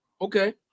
Okay